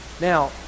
Now